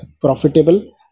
Profitable